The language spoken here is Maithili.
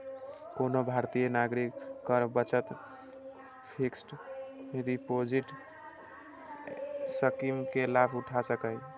कोनो भारतीय नागरिक कर बचत फिक्स्ड डिपोजिट स्कीम के लाभ उठा सकैए